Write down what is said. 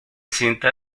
cinta